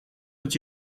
het